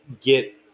get